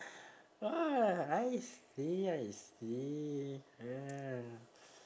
ah I see I see ya